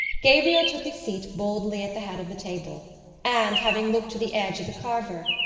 gabriel took his seat boldly at the head of the table and, having looked to the edge of the carver,